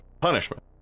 punishment